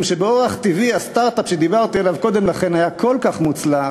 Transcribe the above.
משום שבאורח טבעי הסטרט-אפ שדיברתי עליו קודם לכן היה כל כך מוצלח,